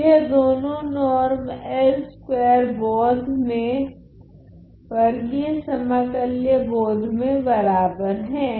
तो यह दोनो नोर्म L2 बोध में वर्गीय समाकल्य बोध में बराबर हैं